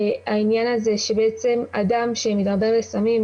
העניין הזה שאדם שמידרדר לסמים,